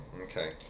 Okay